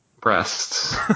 breasts